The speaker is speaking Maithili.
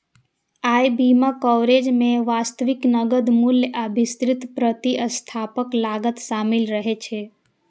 अय बीमा कवरेज मे वास्तविक नकद मूल्य आ विस्तृत प्रतिस्थापन लागत शामिल रहै छै